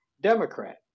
Democrat